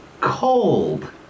cold